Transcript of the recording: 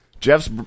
jeff's